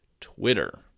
Twitter